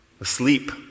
Asleep